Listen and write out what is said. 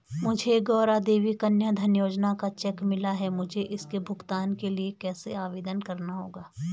मुझे गौरा देवी कन्या धन योजना का चेक मिला है मुझे इसके भुगतान के लिए कैसे आवेदन करना होगा?